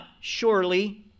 surely